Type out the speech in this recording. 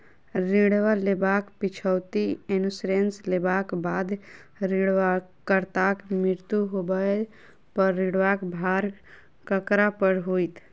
ऋण लेबाक पिछैती इन्सुरेंस लेबाक बाद ऋणकर्ताक मृत्यु होबय पर ऋणक भार ककरा पर होइत?